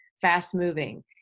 fast-moving